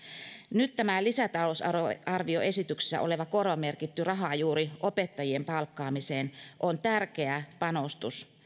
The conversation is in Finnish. nyt tämä lisätalousarvioesityksessä oleva korvamerkitty raha juuri opettajien palkkaamiseen on tärkeä panostus